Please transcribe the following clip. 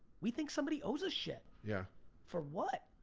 we think somebody owes us shit. yeah for what?